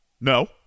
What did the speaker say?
no